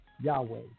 Yahweh